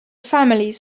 families